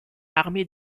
armée